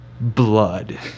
Blood